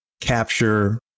capture